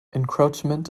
encroachment